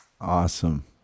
Awesome